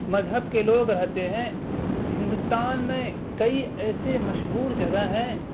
مذہب کے لوگ رہتے ہیں ہندوستان میں کئی ایسے مشہور جگہ ہیں